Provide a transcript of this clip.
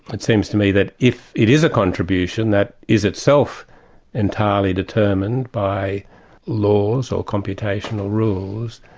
it seems to me that if it is a contribution, that is itself entirely determined by laws or computational rules,